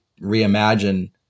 reimagine